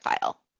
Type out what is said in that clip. file